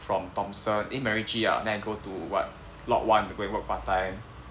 from Thomson eh Macritchie ah then I go to what lot one to go and work part time